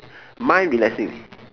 mind relaxing